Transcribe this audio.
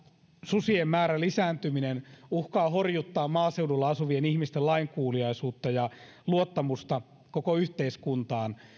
susien määrän lisääntyminen uhkaa horjuttaa maaseudulla asuvien ihmisten lainkuuliaisuutta ja luottamusta koko yhteiskuntaan